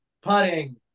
putting